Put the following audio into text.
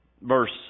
verse